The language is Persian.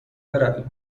برویم